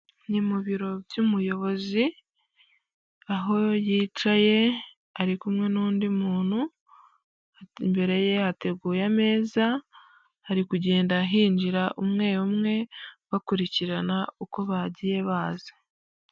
Ni mu biro by'umuyobozi aho yicaye ari kumwe n'undi muntu, imbere ye hateguye ameza, hari kugenda hinjira umwe umwe bakurikirana uko bagiye baza.